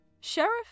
Sheriff